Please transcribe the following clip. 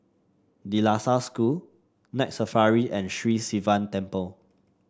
De La Salle School Night Safari and Sri Sivan Temple